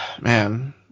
man